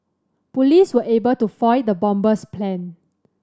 police were able to foil the bomber's plan